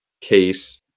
case